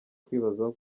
kwibazaho